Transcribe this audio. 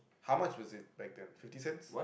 how much was it back then fifty cents